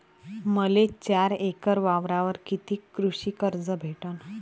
मले चार एकर वावरावर कितीक कृषी कर्ज भेटन?